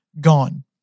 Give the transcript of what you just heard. gone